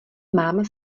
mám